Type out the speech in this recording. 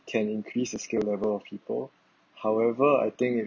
can increase the skill level of people however I think